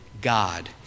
God